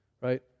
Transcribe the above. right